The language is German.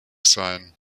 seien